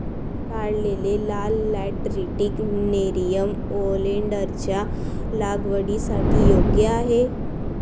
काढलेले लाल lateritic nerium ओलेन्डरच्या लागवडीसाठी योग्य आहे